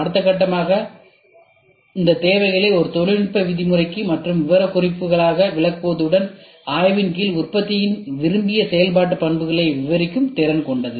அடுத்த கட்டமாக இந்த தேவைகளை ஒரு தொழில்நுட்ப விதிமுறைகள் மற்றும் விவரக்குறிப்புகளாக விளக்குவது ஆய்வின் கீழ் உற்பத்தியின் விரும்பிய செயல்பாட்டு பண்புகளை விவரிக்கும் திறன் கொண்டது